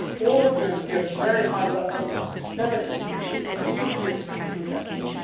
all of them get very high levels of systemic immunity. so, recipients were protected.